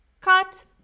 cut